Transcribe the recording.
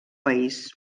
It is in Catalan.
país